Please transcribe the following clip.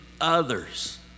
others